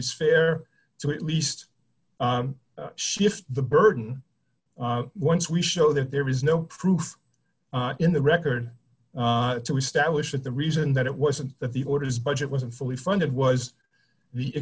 is fair to at least shift the burden once we show that there is no proof in the record to establish that the reason that it wasn't that the orders budget wasn't fully funded was the